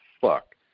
Fuck